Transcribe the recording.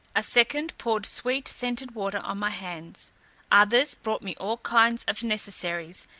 a second poured sweet scented water on my hands others brought me all kinds of necessaries,